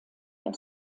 der